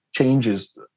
changes